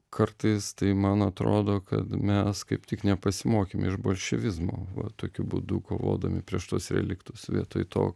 kartais tai man atrodo kad mes kaip tik nepasimokėme iš bolševizmo va tokiu būdu kovodami prieš tuos reliktus vietoj to